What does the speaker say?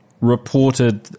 reported